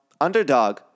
underdog